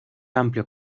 amplio